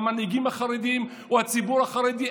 המנהיגים החרדים או הציבור החרדי,